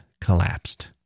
collapsed